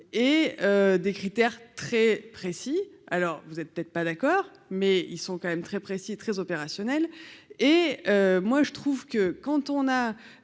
et des critères très précis, alors vous êtes peut-être pas d'accord, mais ils sont quand même très précis, très opérationnel, et moi je trouve que quand on a